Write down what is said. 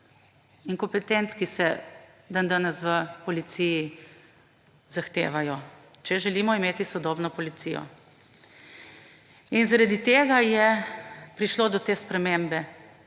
in kompetenc, ki se dandanes v policiji zahtevajo, če želimo imeti sodobno policijo. In zaradi tega je prišlo do te spremembe.